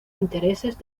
intereses